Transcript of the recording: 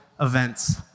events